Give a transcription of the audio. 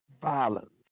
violence